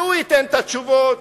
שהוא ייתן את התשובות,